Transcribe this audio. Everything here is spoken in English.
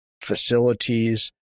facilities